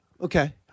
Okay